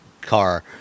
car